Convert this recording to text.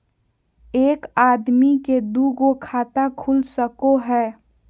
एक आदमी के दू गो खाता खुल सको है?